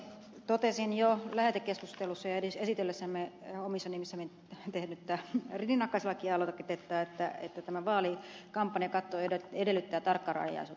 totesin jo lähetekeskustelussa ja esitellessämme omissa nimissämme tehtyä rinnakkaislakialoitetta että tämä vaalikampanjakatto edellyttää tarkkarajaisuutta